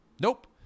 nope